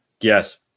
Yes